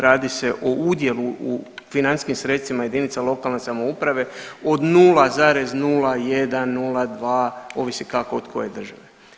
Radi se o udjelu u financijskim sredstvima jedinica lokalne samouprave od 0,01, 0,2 ovisi kako od koje države.